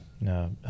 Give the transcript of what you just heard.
no